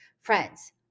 Friends